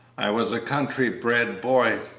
i was a country-bred boy,